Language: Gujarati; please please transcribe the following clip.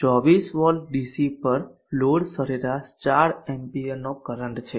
24 વોલ્ટ ડીસી પર લોડ સરેરાશ 4 એમ્પીયરનો કરંટ છે